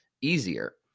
easier